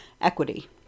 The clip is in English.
equity